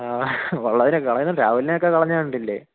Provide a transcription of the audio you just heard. ആ ഉള്ളതിനെ കളയുന്നു രാഹുലിനെയൊക്കെ കളഞ്ഞതു കണ്ടില്ലേ